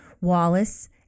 Wallace